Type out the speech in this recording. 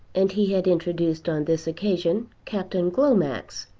and he had introduced on this occasion captain glomax,